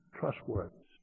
trustworthiness